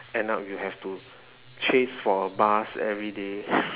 end up you have to chase for a bus every day